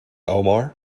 omar